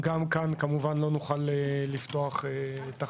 לא נוכל לפתוח תחנות.